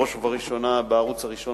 בראש ובראשונה בערוץ הראשון,